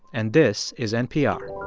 and this is npr